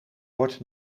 wordt